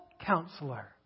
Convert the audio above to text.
Counselor